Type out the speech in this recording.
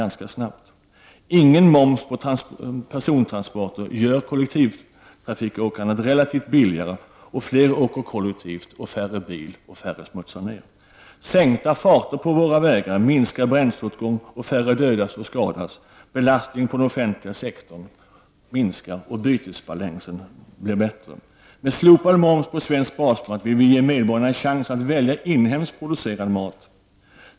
Om det inte finns någon moms på persontransporter blir kollektivtrafikåkandet relativt sett billigare. Fler åker kollektivt. Färre åker bil, och därmed smutsar färre ner. Sänkta farter på våra vägar minskar bränsleåtgången, och färre dödas och skadas. Belastningen på den offentliga sektorn minskar, och bytesbalansen blir bättre. Med slopad moms på svensk basmat vill vi ge medborgarna en chans att välja inhemskt producerad mat.